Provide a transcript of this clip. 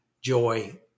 joy